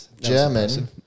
German